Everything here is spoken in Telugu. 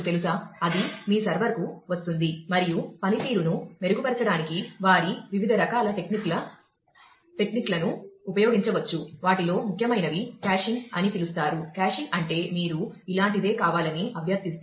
హీట్ రేటు అని పిలుస్తారు కాషింగ్ అంటే మీరు ఇలాంటిదే కావాలని అభ్యర్థిస్తే